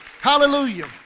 Hallelujah